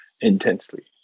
intensely